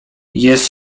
jest